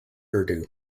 urdu